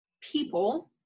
people